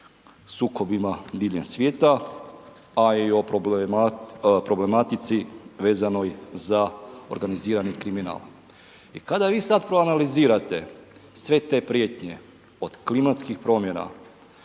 sukobima diljem svijeta, a i o problematici vezanoj za organizirani kriminal. I kada vi sad proanalizirate sve te prijetnje od klimatskih promjena,